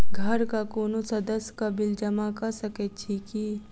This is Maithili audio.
घरक कोनो सदस्यक बिल जमा कऽ सकैत छी की?